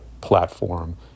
platform